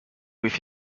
with